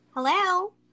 Hello